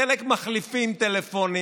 חלק מחליפים טלפונים.